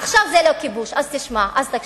עכשיו זה לא כיבוש, אז תקשיב.